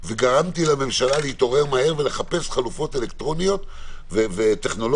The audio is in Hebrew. וגרמתי לממשלה להתעורר מהר ולחפש חלופות אלקטרוניות וטכנולוגיות,